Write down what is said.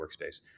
workspace